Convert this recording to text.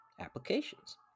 applications